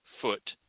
foot